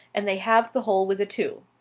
and they halved the hole with a two.